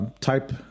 type